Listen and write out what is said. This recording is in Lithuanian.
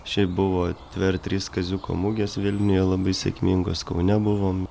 šiaip buvo dvi ar trys kaziuko mugės vilniuje labai sėkmingos kaune buvom